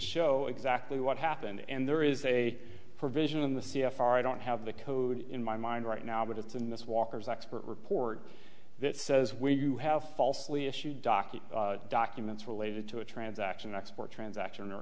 show exactly what happened and there is a provision in the c f r i don't have the code in my mind right now but it's in this walker's expert report that says when you have falsely issued docket documents related to a transaction export transaction